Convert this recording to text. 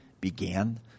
began